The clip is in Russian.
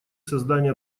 создание